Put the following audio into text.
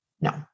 no